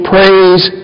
Praise